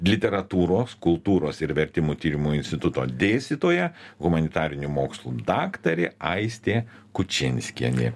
literatūros kultūros ir vertimų tyrimų instituto dėstytoja humanitarinių mokslų daktarė aistė kučinskienė